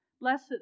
blessed